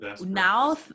now